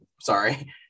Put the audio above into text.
sorry